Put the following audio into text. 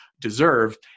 deserve